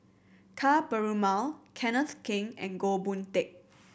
Ka Perumal Kenneth Keng and Goh Boon Teck